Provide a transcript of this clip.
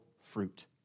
fruit